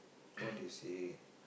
what they say